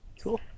Cool